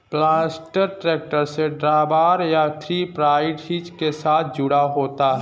planter tractor से drawbar या three point hitch के साथ जुड़ा होता है